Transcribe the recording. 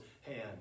hand